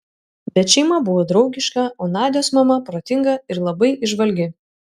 bet šeima buvo draugiška o nadios mama protinga ir labai įžvalgi